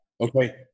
Okay